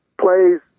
plays